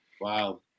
wow